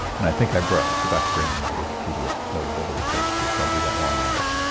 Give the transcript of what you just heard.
and i think i brought forgot to bring in my wikipedia notability page too, so i'll do that while i'm at it.